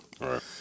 Right